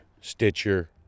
Stitcher